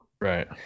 Right